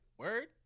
Word